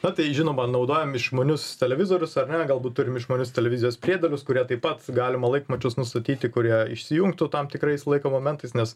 na tai žinoma naudojam išmanius televizorius ar ne galbūt turime išmanius televizijos priedėlius kurie taip pat galima laikmačius nustatyti kurie išsijungtų tam tikrais laiko momentais nes